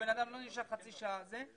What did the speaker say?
בן אדם לא נשאר חצי שעה אבל